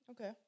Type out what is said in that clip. okay